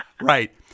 right